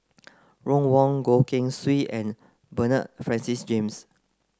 Ron Wong Goh Keng Swee and Bernard Francis James